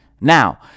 Now